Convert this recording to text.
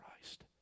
Christ